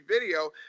video